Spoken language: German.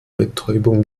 betäubung